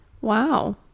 Wow